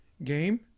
game